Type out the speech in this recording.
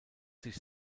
sich